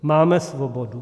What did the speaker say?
Máme svobodu.